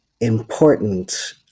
important